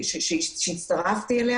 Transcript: יותר.